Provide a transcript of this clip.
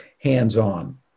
hands-on